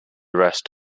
rest